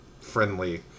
friendly